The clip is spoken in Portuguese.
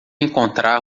encontrar